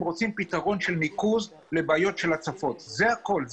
הם רוצים פתרון של ניקוז לבעיות של הצפות זה הכול,